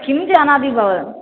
किं जानाति भवान्